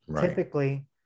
Typically